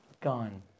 gone